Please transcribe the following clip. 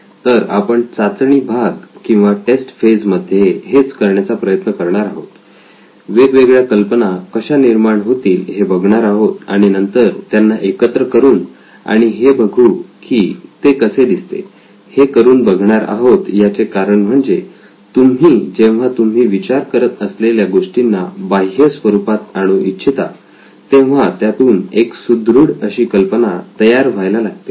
तर आपण चाचणी भाग किंवा टेस्ट फेज मध्ये हेच करण्याचा प्रयत्न करणार आहोत वेगवेगळ्या कल्पना कशा निर्माण होतील हे बघणार आहोत आणि नंतर त्यांना एकत्र करून आणि हे बघू की ते कसे दिसते हे करुन बघणार आहोत याचे कारण म्हणजे तुम्ही जेव्हा तुम्ही विचार करत असलेल्या गोष्टींना बाह्य स्वरूपात आणू इच्छिता तेव्हा त्यातून एक सुदृढ अशी कल्पना तयार व्हायला लागते